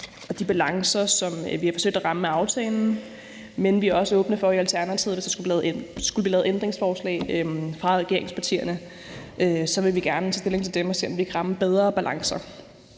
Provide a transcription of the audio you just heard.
og de balancer, som vi har forsøgt at ramme med aftalen. Men vi er i Alternativet også åbne for at diskutere det, og skulle der blive lavet ændringsforslag fra regeringspartiernes side, vil vi gerne tage stilling til dem og se, om vi kan ramme bedre balancer.